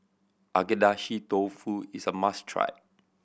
Agedashi Dofu is a must try